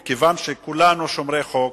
מכיוון שכולנו שומרי חוק,